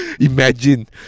imagine